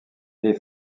les